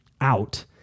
out